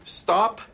stop